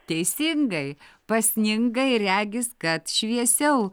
teisingai pasninga ir regis kad šviesiau